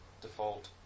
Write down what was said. Default